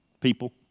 people